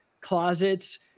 closets